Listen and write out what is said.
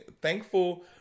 thankful